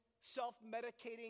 self-medicating